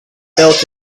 built